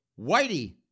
Whitey